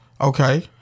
Okay